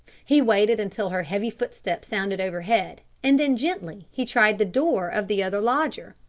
he waited until her heavy footsteps sounded overhead, and then gently he tried the door of the other lodger.